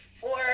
four